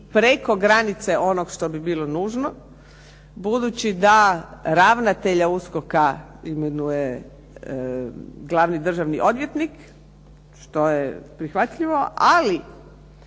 preko granice onog što bi bilo nužno budući da ravnatelja USKOK-a imenuje glavni državni odvjetnik što je prihvatljivo. Ali